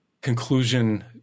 conclusion